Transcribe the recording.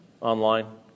online